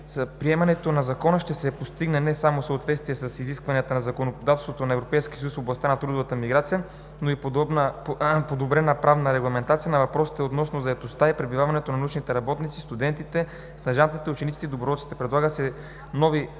приемането на Закона ще се постигне не само съответствие с изискванията на законодателството на Европейския съюз в областта на трудовата миграция, но и подобрена правна регламентация на въпросите относно заетостта и пребиваването на научни работници, студенти, стажанти, ученици и доброволци. Предлагат се нови